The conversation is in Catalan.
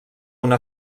una